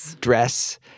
dress